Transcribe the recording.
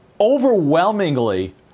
overwhelmingly